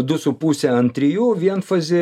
du su puse ant trijų vienfazį